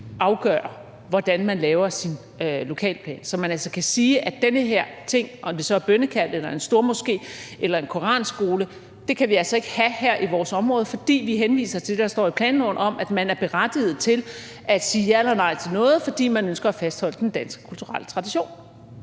afgøre, hvordan man laver sin lokalplan, så man altså kan sige, at en given ting – om det så er bønnekald, en stormoské eller en koranskole – kan man altså ikke have i sit område med henvisning til det, der står i planloven om, at man er berettiget til at sige ja eller nej til noget, fordi vi ønsker at fastholde den danske kulturelle tradition.